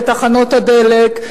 לתחנות הדלק.